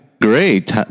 great